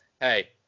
hey